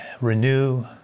Renew